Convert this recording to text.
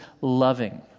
loving